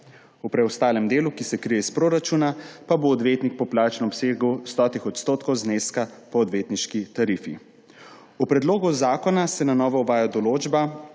V preostalem delu, ki se krije iz proračuna, pa bo odvetnik poplačan v obsegu 100 % zneska po odvetniški tarifi. V predlogu zakona se na novo uvaja določba,